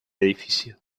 edificio